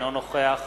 אינו נוכח